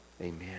Amen